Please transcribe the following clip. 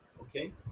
Okay